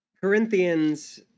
Corinthians